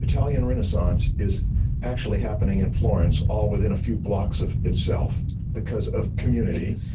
italian renaissance is actually happening in florence all within a few blocks of itself because of community.